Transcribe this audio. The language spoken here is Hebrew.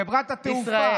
חברת התעופה,